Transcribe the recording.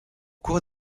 cours